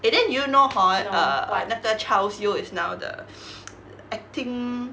eh then do you know hor err 那个 charles yeo is now the acting